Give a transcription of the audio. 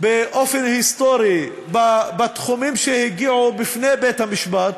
באופן היסטורי בתחומים שהגיעו בפני בית-המשפט,